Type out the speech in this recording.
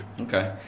Okay